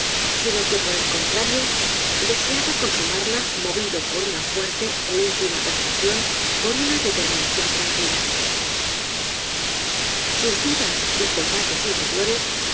sino que por el contrario deseaba consumarla movido por una fuerte é íntima persuasión por una determinación tranquila sus dudas y combates interiores